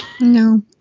No